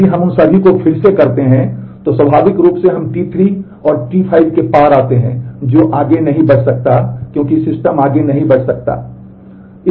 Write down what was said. यदि हम उन सभी को फिर से करते हैं तो स्वाभाविक रूप से हम T3 और T5 के पार आते हैं जो आगे नहीं बढ़ सकता क्योंकि सिस्टम आगे नहीं बढ़ सका क्योंकि